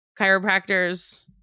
chiropractors